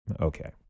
Okay